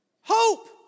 Hope